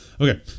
Okay